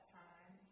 time